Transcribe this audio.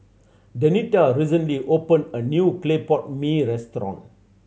Denita recently opened a new clay pot mee restaurant